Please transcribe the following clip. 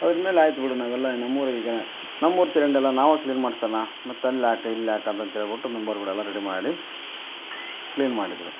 ಆದ್ಮೇಲೆ ಆಯ್ತು ಬಿಡು ನಾವೆಲ್ಲ ನಮ್ಮ ಊರೆ ಈಗ ನಮ್ಮ ಊರು ಚರಂಡಿ ಅಲ ನಾವೆ ಕ್ಲೀನ್ ಮಾಡ್ಸೋಣ ಮತ್ತು ಅಲ್ಲಿ ಯಾಕೆ ಇಲ್ಲಿ ಯಾಕೆ ಅದು ಅಂತೇಳ್ಬಿಟ್ಟು ಮೆಂಬರ್ಗಳೆಲ್ಲ ರೆಡಿ ಮಾಡಿ ಕ್ಲೀನ್ ಮಾಡಿದ್ರು